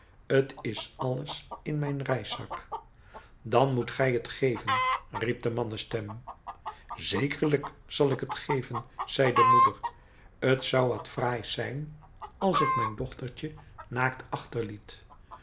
t is alles in mijn reiszak dan moet gij het geven riep de mannenstem zekerlijk zal ik het geven zei de moeder t zou wat fraais zijn als ik mijn dochtertje naakt achterliet